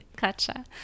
Gotcha